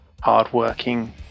hard-working